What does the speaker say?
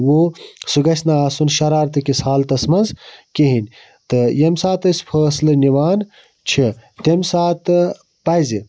سُہ گَژھِ نہٕ آسُن شَرارتہٕ کِس حالتَس مَنٛز کِہیٖنۍ تہٕ ییٚمہِ ساتہٕ أسۍ فٲصلہٕ نِوان چھِ تمہِ ساتہٕ پَزِ